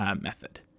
method